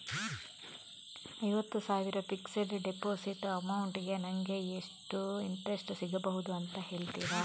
ಐವತ್ತು ಸಾವಿರ fixed deposit amount ಗೆ ನಂಗೆ ಎಷ್ಟು ಇಂಟ್ರೆಸ್ಟ್ ಸಿಗ್ಬಹುದು ಅಂತ ಹೇಳ್ತೀರಾ?